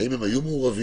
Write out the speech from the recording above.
האם הם היו מעורבים?